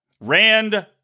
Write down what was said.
Rand